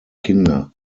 kinder